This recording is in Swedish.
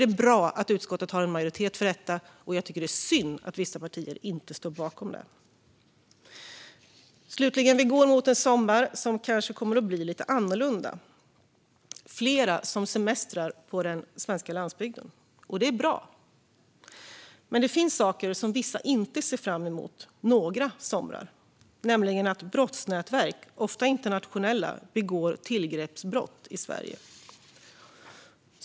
Det är bra att det finns en majoritet för förslaget i utskottet, och det är synd att vissa partier inte står bakom det. Vi går mot en sommar som kanske kommer att bli annorlunda. Fler kommer att semestra på den svenska landsbygden - och det är bra. Men det finns saker som vissa inte ser fram emot någon sommar, nämligen att brottsnätverk - ofta internationella - begår tillgreppsbrott i Sverige.